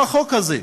עם החוק הזה,